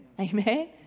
Amen